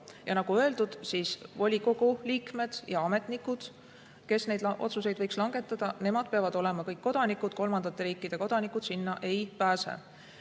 saa. Nagu öeldud, volikogu liikmed ja ametnikud, kes neid otsuseid võiks langetada, peavad olema kõik kodanikud, kolmandate riikide kodanikud sinna ei pääse.